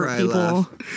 people